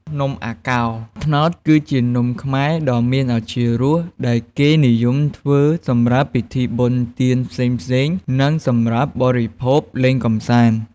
នំអាកោរត្នោត គឺជានំខ្មែរដ៏មានឱជារស ដែលគេនិយមធ្វើសម្រាប់ពិធីបុណ្យទានផ្សេងៗ ឬសម្រាប់បរិភោគលេងកម្សាន្ត។